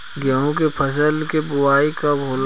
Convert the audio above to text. गेहूं के फसल के बोआई कब होला?